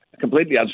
completely